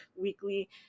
weekly